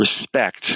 respect